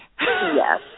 Yes